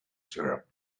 syrup